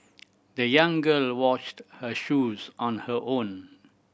the young girl washed her shoes on her own